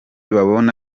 babona